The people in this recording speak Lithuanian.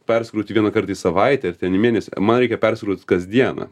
persikrauti vienąkart į savaitę ar ten į mėnesį man reikia persikrauti kasdieną